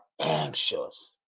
anxious